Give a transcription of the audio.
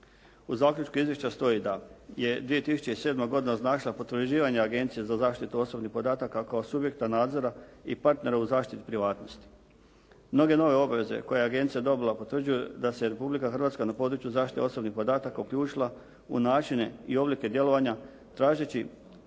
U zaključku izvješća stoji da je 2007. godina označila potvrđivanje Agencije za zaštitu osobnih podataka kao subjekta nadzora i partnera u zaštiti privatnosti. Mnoge nove obaveze koje je agencija dobila potvrđuju da se Republika Hrvatska na području zaštite osobnih podataka uključila u načine i oblike djelovanja tražeći